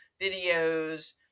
videos